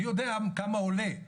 אני יודע כמה עולה,